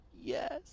Yes